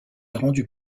rendu